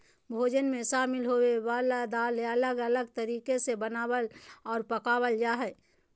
भोजन मे शामिल होवय वला दाल अलग अलग तरीका से बनावल आर पकावल जा हय